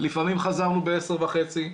לפעמים חזרנו בעשר וחצי,